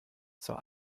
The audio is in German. zur